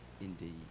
indeed